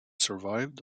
survived